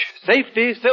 Safety